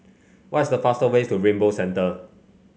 what is the faster ways to Rainbow Centre